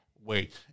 wait